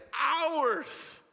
hours